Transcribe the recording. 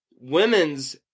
women's